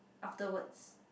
afterwards